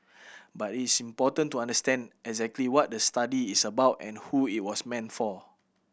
but it's important to understand exactly what the study is about and who it was meant for